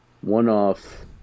one-off